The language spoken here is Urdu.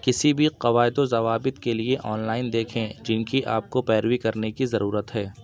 کسی بھی قواعد و ضوابط کے لیے آنلائن دیکھیں جن کی آپ کو پیروی کرنے کی ضرورت ہے